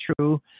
true